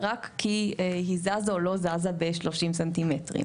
רק כי היא זזה או לא זזה ב-30 סנטימטרים.